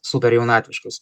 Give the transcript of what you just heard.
super jaunatviškas